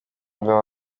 mugabo